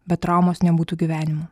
be traumos nebūtų gyvenimo